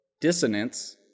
dissonance